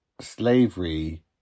slavery